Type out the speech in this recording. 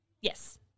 Yes